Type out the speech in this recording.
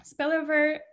Spillover